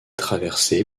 traversé